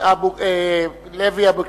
לוי אבקסיס.